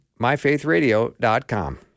myfaithradio.com